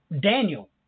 Daniel